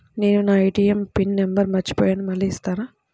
నేను నా ATM pin number మర్చిపోయాను మళ్ళీ ఇస్తారా?